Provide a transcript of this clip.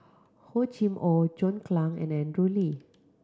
Hor Chim Or John Clang and Andrew Lee